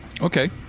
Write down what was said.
Okay